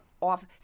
off